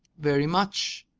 very much.